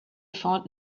found